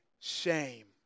shame